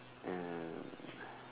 and